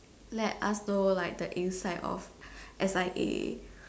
let us know like the inside of S_I_A